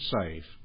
save